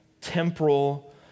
temporal